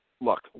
Look